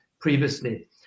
previously